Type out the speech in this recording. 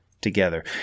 Together